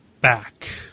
back